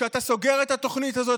כשאתה סוגר את התוכנית הזו,